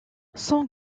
son